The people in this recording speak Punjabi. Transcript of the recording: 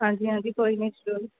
ਹਾਂਜੀ ਹਾਂਜੀ ਕੋਈ ਨਹੀਂ ਜ਼ਰੂਰ